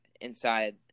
inside